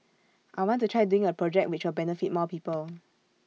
I want to try doing A project which will benefit more people